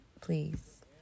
please